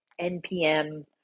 npm